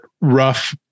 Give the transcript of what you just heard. rough